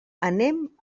anem